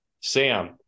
Sam